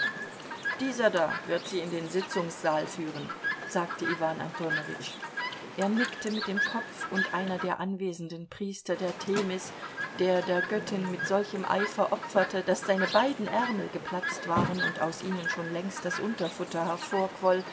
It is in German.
dieser da wird sie in den sitzungssaal führen sagte iwan antonowitsch er nickte mit dem kopf und einer der anwesenden priester der themis der der göttin mit solchem eifer opferte daß seine beiden ärmel geplatzt waren und aus ihnen schon längst das unterfutter